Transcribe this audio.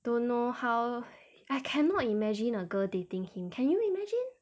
don't know how I cannot imagine a girl dating him can you imagine